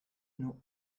nur